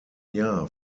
jahr